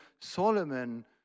Solomon